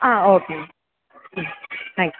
ஆ ஓகேங்க ம் thank you